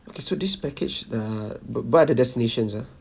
okay so this package err what what are the destinations ah